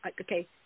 okay